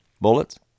bullets